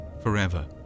forever